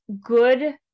good